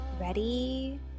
Ready